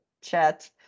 chat